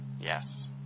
Yes